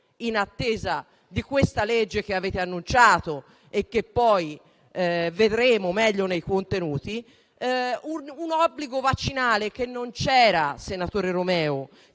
in attesa di questa legge che avete annunciato e che poi vedremo meglio nei contenuti, un obbligo vaccinale che non c'era, senatore Romeo,